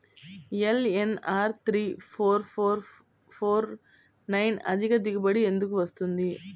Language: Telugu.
LNR three four four four nine అధిక దిగుబడి ఎందుకు వస్తుంది?